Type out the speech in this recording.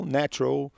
natural